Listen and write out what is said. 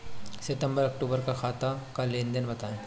सितंबर अक्तूबर का खाते का लेनदेन बताएं